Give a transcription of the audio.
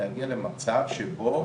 להגיע למצב שבו